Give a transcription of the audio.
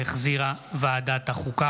שהחזירה ועדת החוקה,